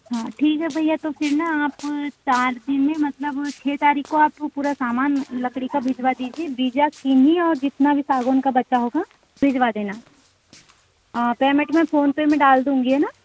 हाँ ठीक है भैया तो फिर ना आप चार दिन में मतलब छः तारीख को आप पूरा सामान लकड़ी का भिजवा दीजिए बीजा किन्हीं और जितना भी सागौन का बचा होगा भिजवा देना हाँ पेमेंट मैं फोनपे में डाल दूँगी है ना